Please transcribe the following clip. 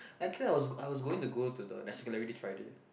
I think I was I was going to go to the National Gallery this Friday